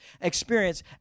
experience